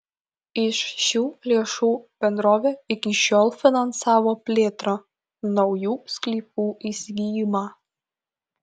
iš šių lėšų bendrovė iki šiol finansavo plėtrą naujų sklypų įsigijimą